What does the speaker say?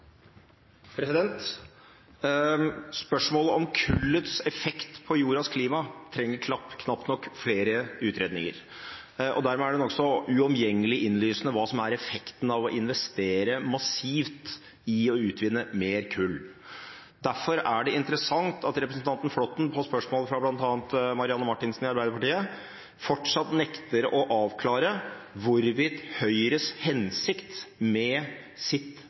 det nokså uomgjengelig innlysende hva som er effekten av å investere massivt i å utvinne mer kull. Derfor er det interessant at representanten Flåtten – på spørsmål fra bl.a. Marianne Marthinsen i Arbeiderpartiet – fortsatt nekter å avklare hvorvidt Høyres hensikt med